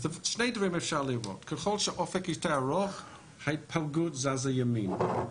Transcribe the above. אז שני דברים אפשר לראות: ככל שהאופק יותר ארוך ההתפלגות זזה ימינה.